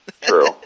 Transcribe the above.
True